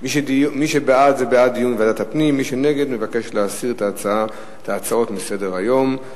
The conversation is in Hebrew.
ומי שנגד, מבקש להסיר את ההצעות מסדר-היום.